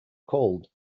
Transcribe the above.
called